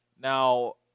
Now